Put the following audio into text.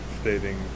stating